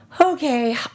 Okay